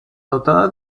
dotada